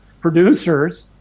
producers